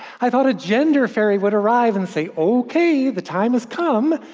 i thought a gender fairy would arrive and say, okay, the time has come!